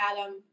Adam